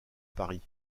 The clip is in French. paris